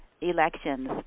elections